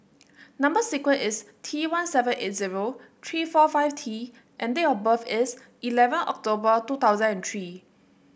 number sequence is T one seven eight zero three four five T and date of birth is eleven October two thousand and three